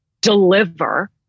deliver